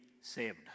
saved